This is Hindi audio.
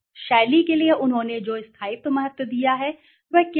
शैली के लिए उन्होंने जो स्थायित्व महत्व दिया है वह क्या है